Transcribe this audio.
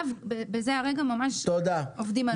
בזה הרגע אנחנו עובדים על זה.